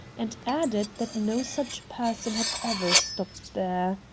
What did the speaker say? and added that no such person had ever stopped there.